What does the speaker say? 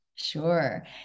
Sure